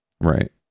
right